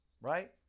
right